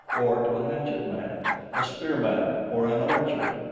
or to a hatchet-man, a spear-man or an archer.